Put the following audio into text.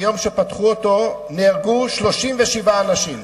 מיום שפתחו אותו נהרגו 37 אנשים.